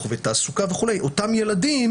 תעסוקה וכו' אותם ילדים